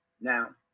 Now